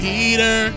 Peter